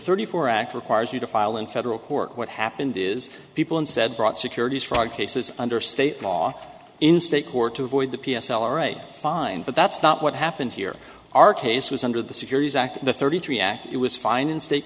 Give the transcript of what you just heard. thirty four act requires you to file in federal court what happened is people instead brought securities fraud cases under state law in state court to avoid the p s l or a fine but that's not what happened here our case was under the securities act the thirty three act it was fine in state